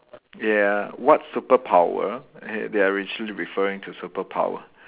ya what superpower they they are literally referring to superpower